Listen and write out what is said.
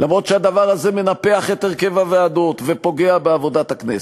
אף שהדבר הזה מנפח את הרכב הוועדות ופוגע בעבודת הכנסת.